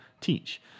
teach